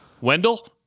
wendell